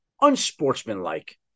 unsportsmanlike